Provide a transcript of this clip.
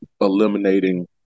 eliminating